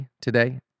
today